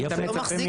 אתה לא מחזיק,